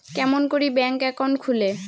কেমন করি bank account খুলে?